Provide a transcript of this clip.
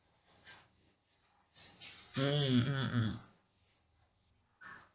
mm mm mm